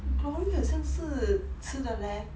glory 好像是吃的 leh